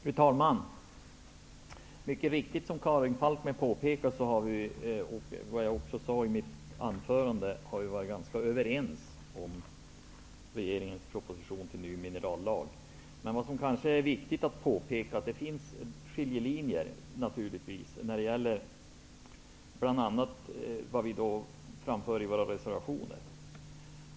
Fru talman! Som Karin Falkmer påpekar, och som jag sade i mitt anförande, har vi varit ganska överens om regeringens proposition med förslag till ändringar i minerallagen. Det finns naturligtvis skiljelinjer, och det framgår av vad vi framför i våra reservationer.